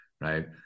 right